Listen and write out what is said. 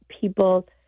people